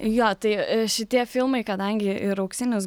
jo tai šitie filmai kadangi ir auksinius